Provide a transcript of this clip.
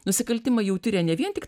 nusikaltimą jau tiria ne vien tik